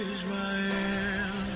Israel